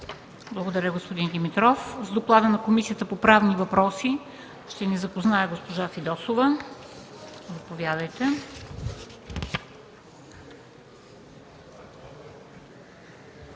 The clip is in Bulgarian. Благодаря, господин Димитров. С доклада на Комисията по правни въпроси ще ни запознае госпожа Фидосова. Заповядайте.